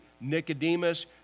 Nicodemus